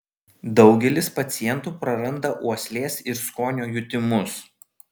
daugelis pacientų prarandą uoslės ir skonio jutimus